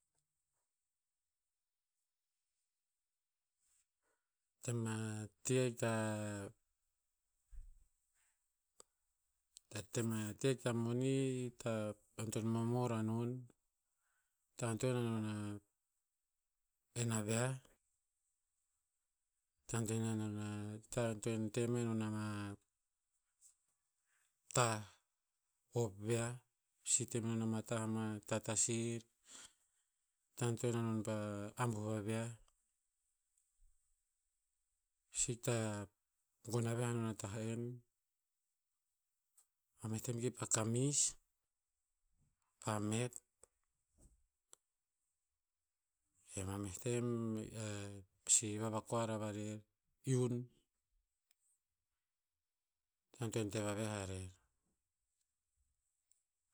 Tem a ti ahik ta hi ta ti ahik ta moni, hikta antoen momor hanon, hikta antoen hanon a en aviah. Hikta antoen hanon- hi ta antoen te menon ama tah hop viah, pasi temenon ama tah tatasir, hikta antoen hanon pa ambuh vaviah, si hikta gon aviah non a tah'en. Ma meh tem ki pa kamis, pa met, kema meh tem pasi, vavakoar hava rer iun, hi ta antoen te vaviah rer.